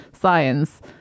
science